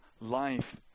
life